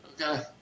Okay